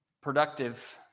productive